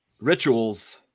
Rituals